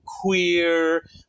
queer